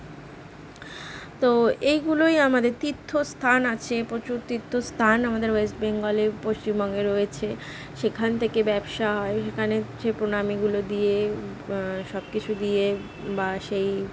তো এইগুলোই আমাদের তীর্থস্থান আছে প্রচুর তীর্থস্থান আমাদের ওয়েস্টবেঙ্গলে পশ্চিমবঙ্গে রয়েছে সেখান থেকে ব্যবসা হয় সেখানে যে প্রণামীগুলো দিয়ে সব কিছু দিয়ে বা সেই